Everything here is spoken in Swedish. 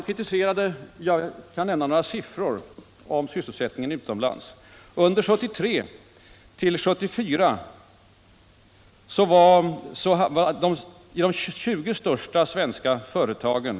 Jag kan nämna några siffror beträffande sysselsättningen utomlands som gäller de 20 största svenska företagen.